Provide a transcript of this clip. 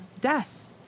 death